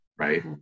Right